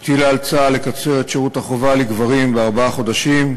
הטילה על צה"ל לקצר את שירות החובה לגברים בארבעה חודשים,